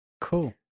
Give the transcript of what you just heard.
Cool